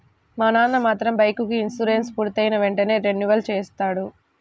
మా నాన్న మాత్రం బైకుకి ఇన్సూరెన్సు పూర్తయిన వెంటనే రెన్యువల్ చేయిస్తాడు